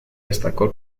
destacó